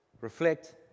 reflect